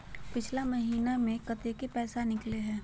पिछला महिना मे कते पैसबा निकले हैं?